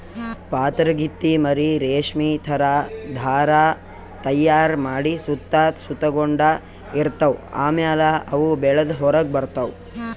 ಪಾತರಗಿತ್ತಿ ಮರಿ ರೇಶ್ಮಿ ಥರಾ ಧಾರಾ ತೈಯಾರ್ ಮಾಡಿ ಸುತ್ತ ಸುತಗೊಂಡ ಇರ್ತವ್ ಆಮ್ಯಾಲ ಅವು ಬೆಳದ್ ಹೊರಗ್ ಬರ್ತವ್